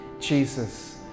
Jesus